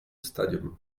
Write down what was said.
stadium